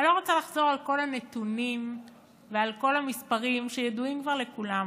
אני לא רוצה לחזור על כל הנתונים ועל כל המספרים שידועים כבר לכולם.